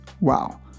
wow